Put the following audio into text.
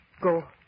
Go